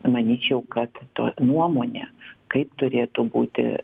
manyčiau kad to nuomonė kaip turėtų būti